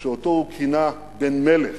שאותו הוא כינה בן מלך.